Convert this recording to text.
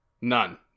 None